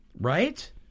right